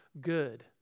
good